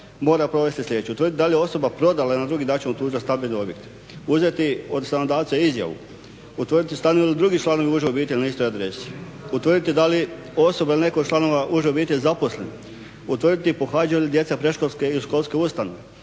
mora provesti sljedeće: utvrditi da li je osoba prodala ili na drugi način otužila stambeni objekt, uzeti od stanodavca izjavu, utvrditi stanuju li drugi članovi uže obitelji na istoj adresi, utvrditi da li je osoba ili netko od članova uže obitelji zaposlen, utvrditi pohađaju li djeca predškolske ili školske ustanove,